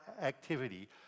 activity